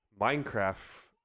Minecraft